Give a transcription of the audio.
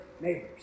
neighbors